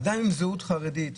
עדיין זהות חרדית,